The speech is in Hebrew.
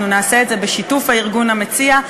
אנחנו נעשה את זה בשיתוף הארגון המציע,